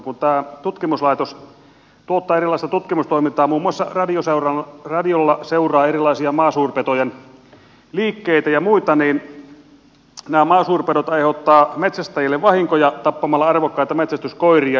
tämä tutkimuslaitos tuottaa erilaista tutkimustoimintaa muun muassa radiolla seuraa erilaisten maasuurpetojen liikkeitä ja muita ja nämä maasuurpedot aiheuttavat metsästäjille vahinkoja tappamalla arvokkaita metsästyskoiria